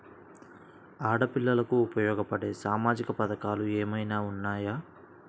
ఆడపిల్లలకు ఉపయోగపడే సామాజిక పథకాలు ఏమైనా ఉన్నాయా?